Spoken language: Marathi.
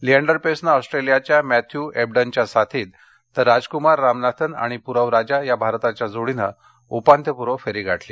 लिएंडर पेसनं ऑस्ट्रेलियाच्या मॅथ्यू एबडनच्या साथीत तर राजक्मार रामनाथन आणि पुरव राजा या भारताच्या जोडीनं उपांत्यपुर्व फेरी गाठली